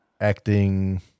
acting